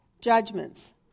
judgments